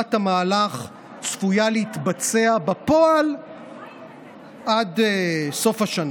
והשלמת המהלך צפויה להתבצע בפועל עד סוף השנה.